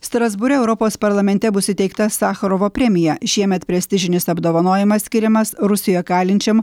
strasbūre europos parlamente bus įteikta sachorovo premija šiemet prestižinis apdovanojimas skiriamas rusijo kalinčiam